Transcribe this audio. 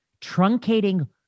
truncating